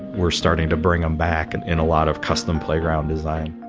we're starting to bring them back and in a lot of custom playground design.